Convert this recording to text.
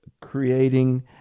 creating